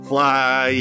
Fly